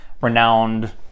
renowned